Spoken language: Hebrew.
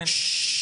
כן.